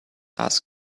asked